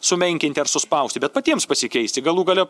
sumenkinti ar suspausti bet patiems pasikeisti galų gale